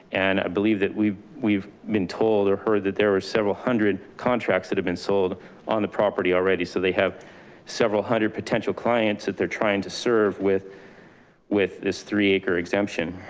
and i believe that we've we've been told or heard that there were several hundred contracts that have been sold on the property already. so they have several hundred potential clients that they're trying to serve with with this three acre exemption.